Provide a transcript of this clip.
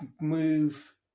move